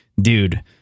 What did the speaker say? dude